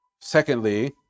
Secondly